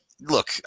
look